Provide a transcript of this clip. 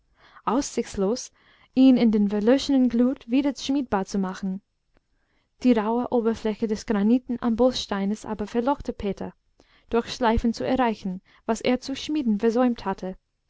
aussichtslos ihn in der verlöschenden glut wieder schmiedbar zu machen die rauhe oberfläche des granitenen amboßsteines aber verlockte peter durch schleifen zu erreichen was er zu schmieden versäumt hatte